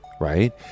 right